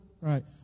Right